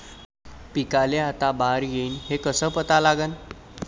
पिकाले आता बार येईन हे कसं पता लागन?